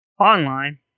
Online